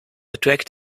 attract